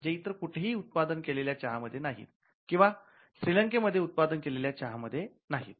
जे इतर कुठेही उत्पादन केलेल्या चहा मध्ये नाहीत किंवा श्रीलंके मध्ये उत्पादन केलेल्या चहा मध्ये नाहीत